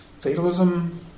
Fatalism